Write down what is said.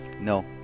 No